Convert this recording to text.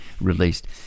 released